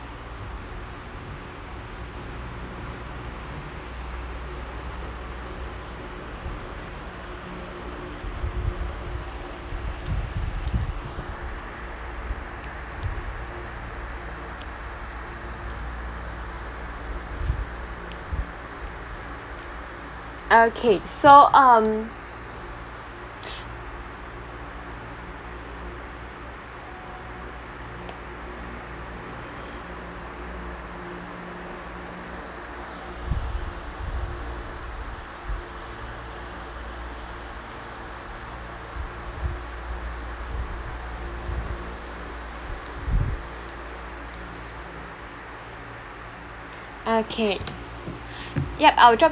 okay so um okay yup I'll drop